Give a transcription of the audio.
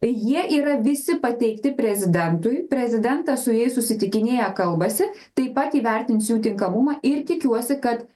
jie yra visi pateikti prezidentui prezidentas su jais susitikinėja kalbasi taip pat įvertins jų tinkamumą ir tikiuosi kad